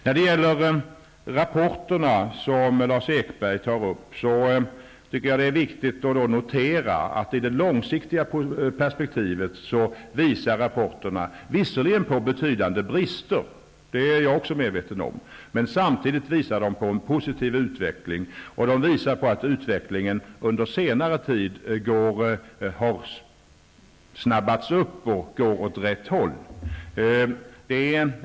När det gäller de rapporter som Berndt Ekholm tar upp är det viktigt att notera att rapporterna i det långsiktiga perspektivet visserligen visar på betydande brister, det är jag också medveten om, men samtidigt visar de på en positiv utveckling och att utvecklingen under senare tid har snabbats på och går åt rätt håll.